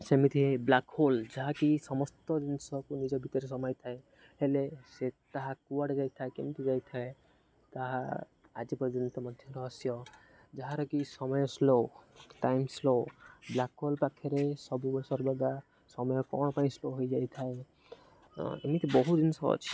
ସେମିତି black hole ଯାହାକି ସମସ୍ତ ଜିନିଷକୁ ନିଜ ଭିତରେ ସମାଇଥାଏ ହେଲେ ସେ ତାହା କୁଆଡ଼େ ଯାଇଥାଏ କେମିତି ଯାଇଥାଏ ତାହା ଆଜି ପର୍ଯ୍ୟନ୍ତ ମଧ୍ୟ ରହସ୍ୟ ଯାହାରକି ସମୟ slow time slow black hole ପାଖରେ ସବୁବେଳେ ସର୍ବଦା ସମୟ କ'ଣ ପାଇଁ ସ୍ଲୋ ହୋଇଯାଇଥାଏ ଏମିତି ବହୁ ଜିନିଷ ଅଛି